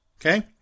Okay